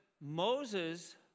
Moses